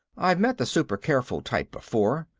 i've met the super-careful type before.